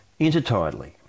intertidally